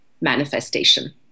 manifestation